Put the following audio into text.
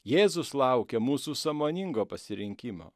jėzus laukia mūsų sąmoningo pasirinkimo